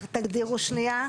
תגדירו שנייה.